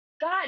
God